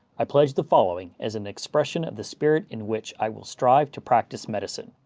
i pledge the following as an expression of the spirit in which i will strive to practice medicine.